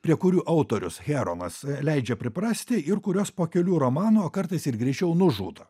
prie kurių autorius heronas leidžia priprasti ir kuriuos po kelių romanų o kartais ir greičiau nužudo